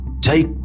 take